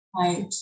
Right